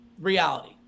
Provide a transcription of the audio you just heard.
reality